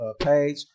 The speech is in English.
page